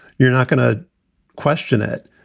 you're not going to question it.